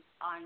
on